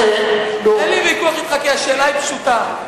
אין לי ויכוח אתך, כי השאלה היא פשוטה.